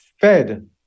fed